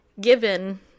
given